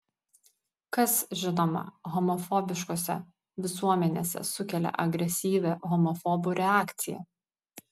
kas žinoma homofobiškose visuomenėse sukelia agresyvią homofobų reakciją